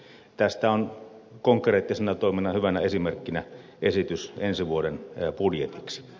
tästä on konkreettisena toimena hyvänä esimerkkinä esitys ensi vuoden budjetiksi